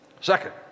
Second